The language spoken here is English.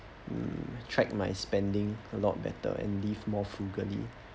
mm track my spending a lot better and leave more frugally